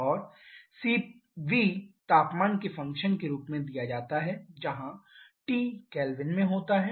और cv तापमान के फंक्शन के रूप में दिया जाता है जहाँ T केल्विन में होता है